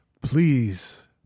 Please